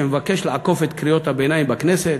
שמבקש לעקוף את קריאות הביניים בכנסת,